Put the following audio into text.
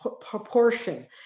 proportion